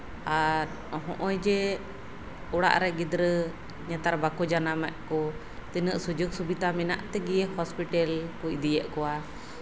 ᱟᱨ ᱱᱚᱜᱼᱚᱭ ᱡᱮ ᱚᱲᱟᱜᱨᱮ ᱜᱤᱫᱽᱨᱟᱹ ᱱᱮᱛᱟᱨ ᱵᱟᱠᱚ ᱡᱟᱱᱟᱢᱮᱜ ᱠᱚ ᱛᱤᱱᱟᱹᱜ ᱥᱩᱡᱳᱜ ᱥᱩᱵᱤᱫᱷᱟ ᱢᱮᱱᱟᱜᱛᱮ ᱦᱚᱥᱯᱤᱴᱟᱞ ᱠᱚ ᱤᱫᱤᱭᱮᱜ ᱠᱚᱣᱟ